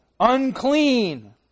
unclean